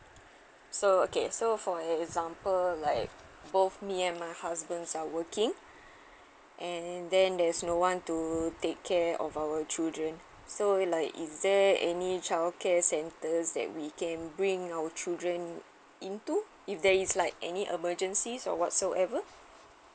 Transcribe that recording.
so okay so for example like both me and my husband are working and then there's no one to take care of our children so it like is there any child care centers that we can bring our children into if there is like any emergency or whatsoever